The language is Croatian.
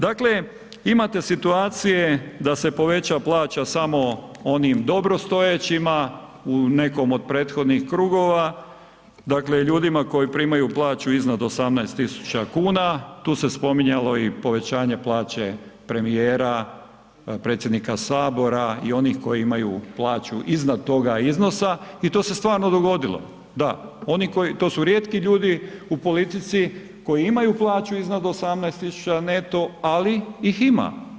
Dakle, imate situacije da se poveća plaća samo onim dobrostojećima u nekom od prethodnih krugova, dakle ljudima koji primaju plaću iznad 18 000 kuna, tu se spominjalo i povećanje plaće premijera, predsjednika Sabora i onih koji imaju plaću iznad toga iznosa i to se stvarno dogodilo, da, to su rijetki ljudi u politici koji imaju plaću iznad 18 000 neto ali ih ima.